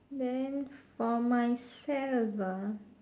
then for myself ah